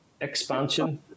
expansion